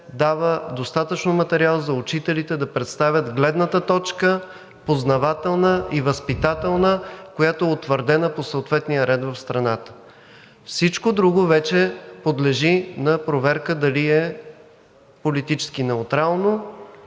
дава достатъчно материал за учителите да представят гледната точка – познавателна и възпитателна, която е утвърдена по съответния ред в страната. Всичко друго вече подлежи на проверка дали е политически неутрално